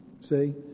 see